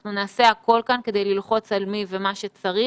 אנחנו נעשה הכול כאן כדי ללחוץ על מי ומה שצריך